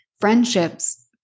friendships